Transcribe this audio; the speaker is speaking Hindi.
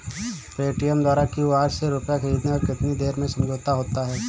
पेटीएम द्वारा क्यू.आर से रूपए ख़रीदने पर कितनी देर में समझौता होता है?